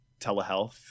telehealth